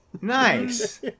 Nice